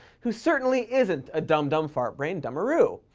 who certainly isn't a dum-dum fart brain dumbaroo.